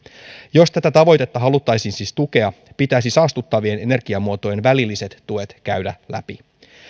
jos tätä tavoitetta haluttaisiin siis tukea pitäisi saastuttavien energiamuotojen välilliset tuet käydä läpi